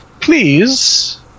Please